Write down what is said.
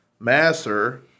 Masser